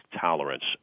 tolerance